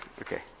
Okay